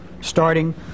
starting